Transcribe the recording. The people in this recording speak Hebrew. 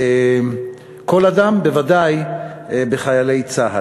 בכל אדם, בוודאי בחיילי צה"ל.